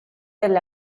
del